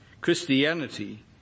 Christianity